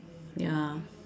ya